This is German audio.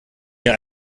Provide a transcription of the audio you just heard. mir